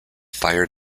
fire